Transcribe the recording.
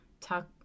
talk